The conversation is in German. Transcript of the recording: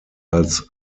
als